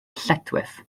lletchwith